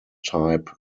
type